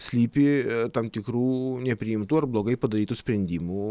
slypi tam tikrų nepriimtų ar blogai padarytų sprendimų